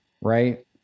right